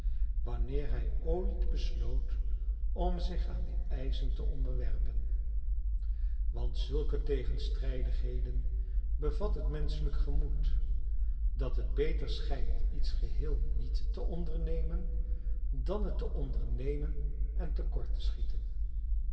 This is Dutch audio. wanneer hij ooit besloot om zich aan die eischen te onderwerpen want zulke tegenstrijdigheden bevat het menschelijk gemoed dat het beter schijnt iets geheel niet te ondernemen dan het te ondernemen en te kort te schieten